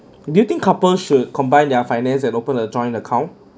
do you think couple should combine their finance and open a joint account